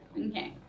Okay